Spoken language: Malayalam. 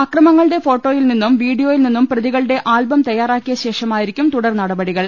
അക്രമങ്ങളുടെ ഫോട്ടോയിൽ നിന്നും വീഡിയോയിൽ നിന്നും പ്രതികളുടെ ആൽബം തയ്യാറാ ക്കിയശേഷമായിരിക്കും തുടർനടപടികൾ